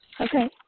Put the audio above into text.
Okay